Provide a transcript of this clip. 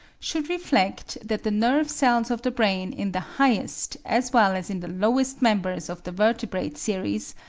should reflect that the nerve-cells of the brain in the highest as well as in the lowest members of the vertebrate series,